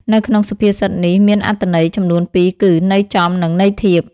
នៅក្នុងសុភាសិតនេះមានអត្ថន័យចំនួនពីរគឺ ន័យចំនិងន័យធៀប ។